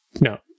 No